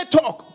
talk